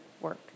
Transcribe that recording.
work